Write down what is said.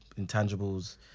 intangibles